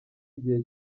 igihe